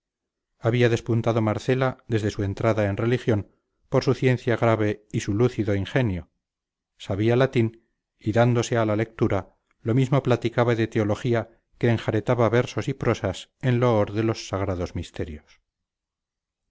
había despuntado marcela desde su entrada en religión por su ciencia grave y su lúcido ingenio sabía latín y dándose a la lectura lo mismo platicaba de teología que enjaretaba versos y prosas en loor de los sagrados misterios